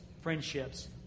friendships